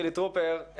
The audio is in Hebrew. חילי טרופר,